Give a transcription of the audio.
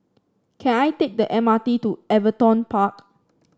can I take the M R T to Everton Park